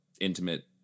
intimate